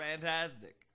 Fantastic